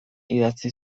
idatzi